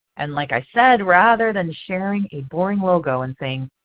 and like i said rather than sharing a boring logo and saying,